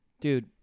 Dude